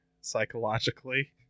psychologically